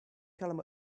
calm